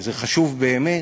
וזה חשוב באמת.